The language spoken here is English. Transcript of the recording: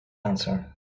answer